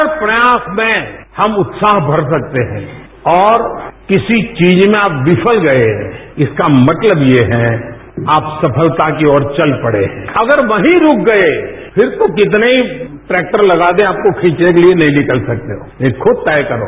हर प्रयास में हम उत्साह भर सकते हैं और किसी चीज में आप विफल गये इसका मतलब ये है आप सफलता की ओर चल पड़े हैं अगर वहीं रूक गये फिर तो कितने ही ट्रैक्टर लगा दें आपको खींचने के लिए नहीं निकल सकते हो ये खुद तय करो